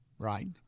Right